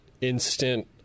instant